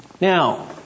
Now